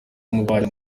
w’ububanyi